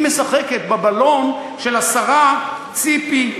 היא משחקת בבלון של השרה ציפי.